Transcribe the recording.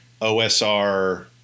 OSR